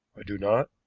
i do not,